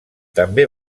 també